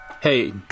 hey